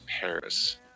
Paris